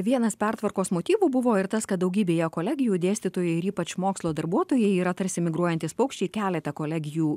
vienas pertvarkos motyvų buvo ir tas kad daugybėje kolegijų dėstytojai ir ypač mokslo darbuotojai yra tarsi migruojantys paukščiai keletą kolegijų